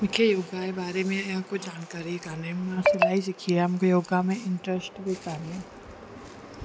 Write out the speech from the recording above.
मूंखे योगा जे बारे में या कुझु जानकारी कान्हे मां सिलाई सिखी आहे मूंखे योगा में इंट्रस्ट बि काने